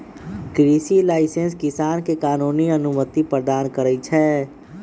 कृषि लाइसेंस किसान के कानूनी अनुमति प्रदान करै छै